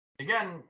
Again